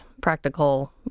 practical